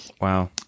Wow